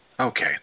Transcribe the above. Okay